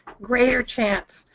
greater chance.